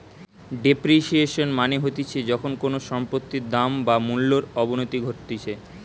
depreciation মানে হতিছে যখন কোনো সম্পত্তির দাম বা মূল্যর অবনতি ঘটতিছে